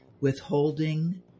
withholding